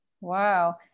Wow